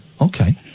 Okay